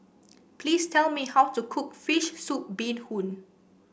please tell me how to cook fish soup Bee Hoon